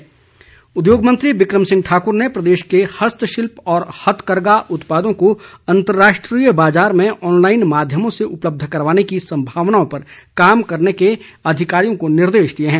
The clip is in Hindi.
बिक्रम उद्योग मंत्री बिक्रम सिंह ठाकुर ने प्रदेश के हस्तशिल्प और हथकरघा उत्पादों को अंतर्राष्ट्रीय बाजार में ऑनलाईन माध्यमों से उपलब्ध करवाने की संभावानाओं पर कार्य करने के अधिकारियों को निर्देश दिए है